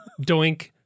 doink